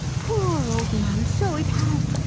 poor old man, so it has!